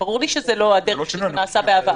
ברור לי שזאת לא הדרך שזה נעשה בעבר.